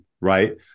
right